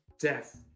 Death